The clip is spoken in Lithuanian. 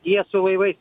jie su laivais